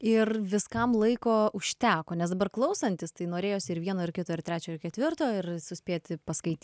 ir viskam laiko užteko nes dabar klausantis tai norėjosi ir vieno ir kito ir trečio ir ketvirto ir suspėti paskait